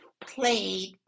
played